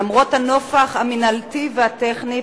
למרות הנופך המינהלתי והטכני,